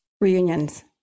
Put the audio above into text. reunions